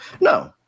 No